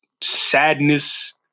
sadness